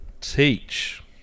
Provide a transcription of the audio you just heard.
Teach